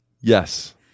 Yes